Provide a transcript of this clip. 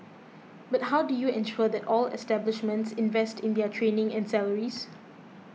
but how do you ensure that all establishments invest in their training and salaries